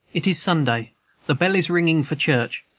it is sunday the bell is ringing for church,